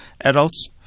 Adults